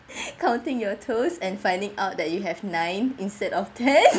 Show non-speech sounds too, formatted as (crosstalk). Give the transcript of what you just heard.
(breath) counting your toes and finding out that you have nine instead of ten (laughs)